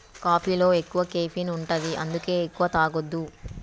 కాఫీలో ఎక్కువ కెఫీన్ ఉంటది అందుకే ఎక్కువ తాగొద్దు